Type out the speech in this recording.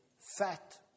fat